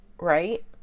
right